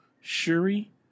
shuri